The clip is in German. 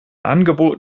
angebot